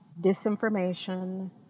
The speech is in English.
disinformation